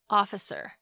officer 。